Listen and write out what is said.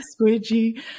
squidgy